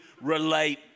relate